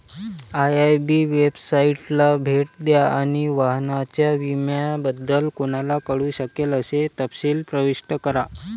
IIB वेबसाइटला भेट द्या आणि वाहनाच्या विम्याबद्दल कोणाला कळू शकेल असे तपशील प्रविष्ट करा